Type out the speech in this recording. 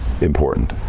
important